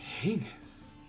heinous